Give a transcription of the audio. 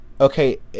okay